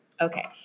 Okay